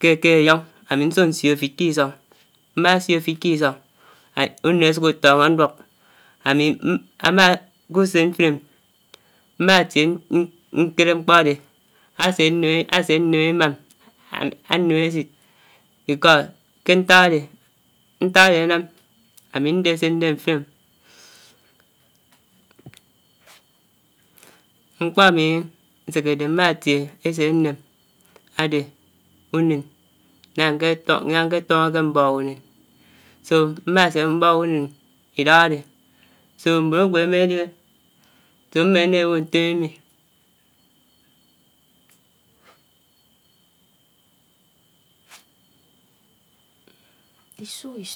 ké kè ényóng, nsuk sio áfid ké isóng, mà sio áfid ké isóng unén àsuk átónhó ánduók usén mfin em, mmá tié nkéré mkpó ádé ásé nném ásé nnem imaam, ámi, ámném ésit because ké nták àdi, ntàk ádé ánàm ámi ndé sé ndé mfin ém mkpó ámi nsékédé mmá tié ésit ánném àdé unén nágná nké tónhó mbóg unén so mmásě mbóg àdá bó ntó mmi mi